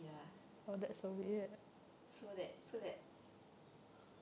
ya so that so that